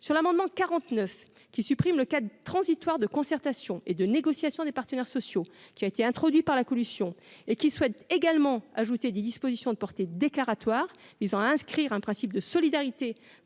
sur l'amendement 49 qui supprime le quatre transitoire de concertation et de négociation des partenaires sociaux, qui a été introduit par la commission et qui souhaite également ajouter des dispositions de portée déclaratoire visant à inscrire un principe de solidarité